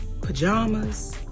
pajamas